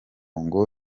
ngo